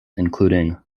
including